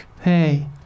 Hey